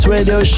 Radio